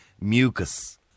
Mucus